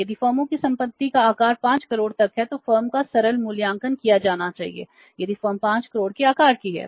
यदि फर्मों की संपत्ति का आकार 5 करोड़ तक है तो फर्म का सरल मूल्यांकन किया जाना चाहिए यदि फर्म 5 करोड़ के आकार की हो